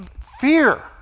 Fear